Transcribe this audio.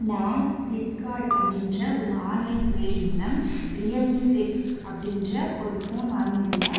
நான் ஃபிலிப்கார்ட் அப்படின்ற ஒரு ஆன்லைன் செயலி மூலம் ரியல்மி சிக்ஸ் அப்படின்ற ஒரு போன் வாங்கியிருந்தேன்